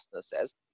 says